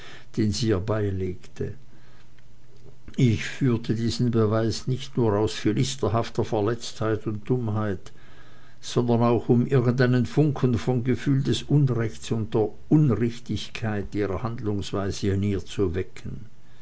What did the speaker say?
den sie ihr beilegte ich führte diesen beweis nicht nur aus philisterhafter verletztheit und dummheit sondern auch um irgendeinen funken vom gefühl ihres unrechtes und der unsittlichkeit ihrer handlungsweise in ihr zu erwecken